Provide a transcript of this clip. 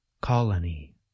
Colony